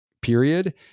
Period